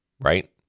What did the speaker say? right